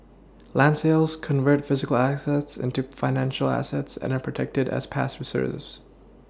land sales convert physical assets into financial assets and are protected as past Reserves